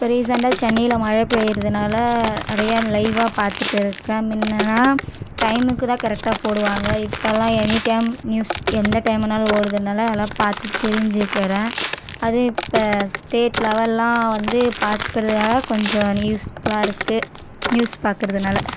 இப்போ ரீசெண்டாக சென்னையில் மழை பெயிறதுனால நிறைய லைவ்வாக பார்த்துட்டு இருக்கேன் முன்னலாம் டைமுக்கு தான் கரெக்டாக போடுவாங்க இப்போல்லாம் எனிடைம் நியூஸ் எந்த டைம் வேணாலும் ஓடுறதுனால அதுலாம் பார்த்து தெரிஞ்சுக்கிறேன் அதுவும் இப்போ ஸ்டேட் லெவல்லாம் வந்து பாக்கிறதுனால் கொஞ்சம் யூஸ்ஃபுல்லாக இருக்கு நியூஸ் பாக்கிறதுனால